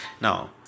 Now